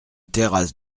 terrasse